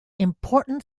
important